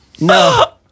No